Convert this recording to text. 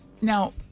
Now